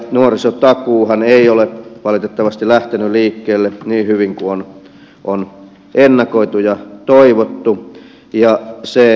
nuorisotakuuhan ei ole valitettavasti lähtenyt liikkeelle niin hyvin kuin on ennakoitu ja toivottu